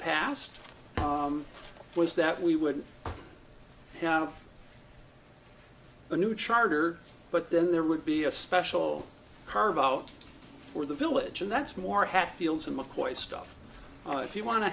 past was that we would have a new charter but then there would be a special carve out for the village and that's more hatfields and mccoys stuff if you want to